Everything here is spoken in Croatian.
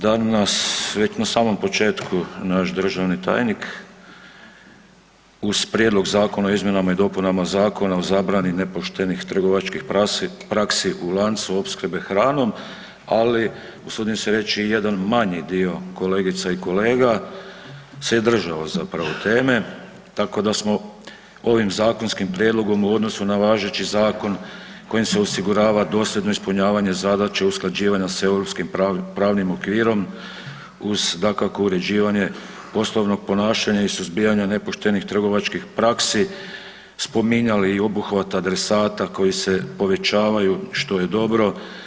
Danas već na samom početku naš državni tajnik uz Prijedlog zakona o izmjenama i dopunama Zakona o zabrani nepoštenih trgovačkih praksi u lancu opskrbe hranom, ali usudim se reći i jedan manji dio kolegica i kolega se je držao zapravo teme, tako da smo ovim zakonskim prijedlogom u odnosu na važeći zakon kojim se osigurava dosljedno ispunjavanje zadaća usklađivanja s europskim pravnim okvirom uz dakako uređivanje osnovnog ponašanja i suzbijanja nepoštenih trgovačkih praksi spominjali i obuhvat adresata koji se povećavaju, što je dobro.